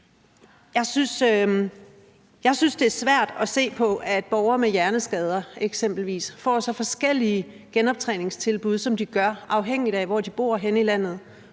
Jeg synes, det er svært at se på, at borgere med hjerneskade eksempelvis får så forskellige genoptræningstilbud, som de gør, afhængigt af hvor de bor henne